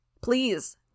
Please